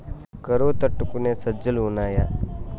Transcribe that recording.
కరువు తట్టుకునే సజ్జలు ఉన్నాయా